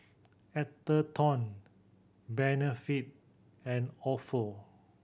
Atherton Benefit and ofo